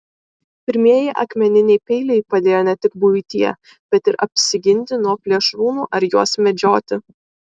pirmieji akmeniniai peiliai padėjo ne tik buityje bet ir apsiginti nuo plėšrūnų ar juos medžioti